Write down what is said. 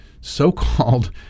so-called